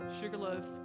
Sugarloaf